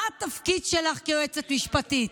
מה התפקיד שלך כיועצת משפטית?